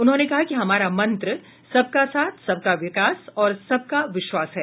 उन्होंने कहा कि हमारा मंत्र सबका साथ सबका विकास और सबका विश्वास है